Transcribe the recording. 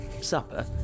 supper